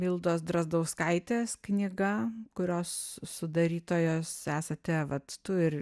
mildos drazdauskaitės knyga kurios sudarytojos esate vat tu ir